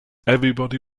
everybody